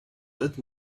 add